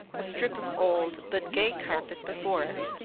a strip of old, but gay carpet before it,